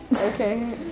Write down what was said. Okay